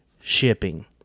shipping